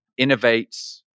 innovates